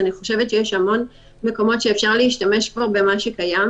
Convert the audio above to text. אני חושבת שיש המון מקומות שאפשר להשתמש כבר במה שקיים,